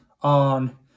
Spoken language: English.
on